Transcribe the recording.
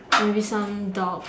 maybe some dog